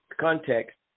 context